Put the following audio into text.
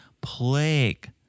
plague